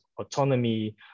autonomy